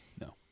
No